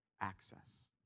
access